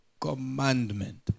commandment